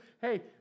hey